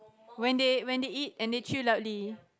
when they when they eat and they chew loudly